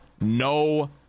no